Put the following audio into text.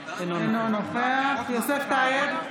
אינו נוכח יוסף טייב,